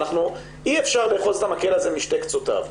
אי אפשר לאחוז את המקבל הזה משני קצותיו.